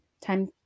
Time